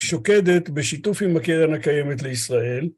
שוקדת בשיתוף עם הקרן הקיימת לישראל.